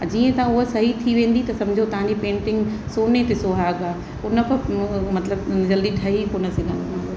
जीअं त उहा सही थी वेंदी त समुझो तव्हांजी पेंटिंग सोने ते सुहाॻो आहे हुन खां पोइ मतलबु जल्दी ठही कोन सघंदी